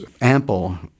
ample